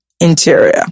interior